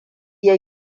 ya